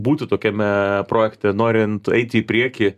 būti tokiame projekte norint eiti į priekį